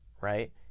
right